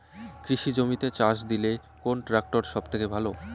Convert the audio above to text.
কৃষি জমিতে চাষ দিতে কোন ট্রাক্টর সবথেকে ভালো?